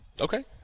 Okay